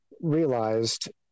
realized